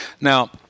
Now